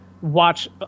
watch